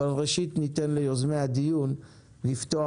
אבל ראשית ניתן ליוזמי הדיון לפתוח.